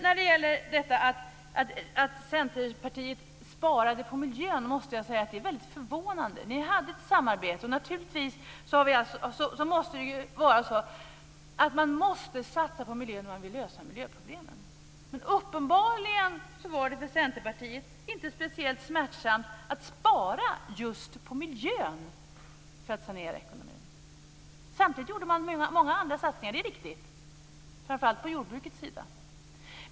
När det gäller att Centerpartiet sparade på miljön måste jag säga att det är väldigt förvånande. Ni hade ett samarbete, och naturligtvis måste man satsa på miljön om man vill lösa miljöproblemen. Men uppenbarligen var det för Centerpartiet inte speciellt smärtsamt att spara just på miljön för att sanera ekonomin. Samtidigt gjorde man många andra satsningar - det är riktigt - framför allt på jordbrukets sida.